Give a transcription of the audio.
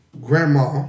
grandma